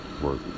Work